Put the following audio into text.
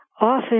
often